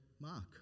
mark